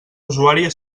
usuària